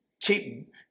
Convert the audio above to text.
keep